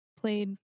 played